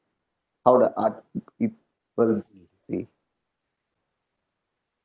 how the art see